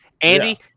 Andy